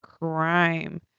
crime